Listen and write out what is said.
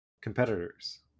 competitors